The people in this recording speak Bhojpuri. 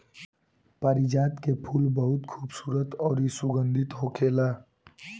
पारिजात के फूल बहुत खुबसूरत अउरी सुगंधित होखेला